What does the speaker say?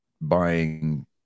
buying